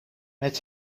met